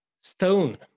stone